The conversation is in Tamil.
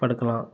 படுக்கலாம்